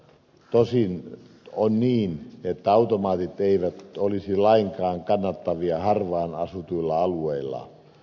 tosin on niin että automaatit eivät olisi lainkaan kannattavia harvaanasutuilla alueilla